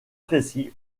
précis